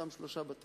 אותם שלושה בתי-ספר,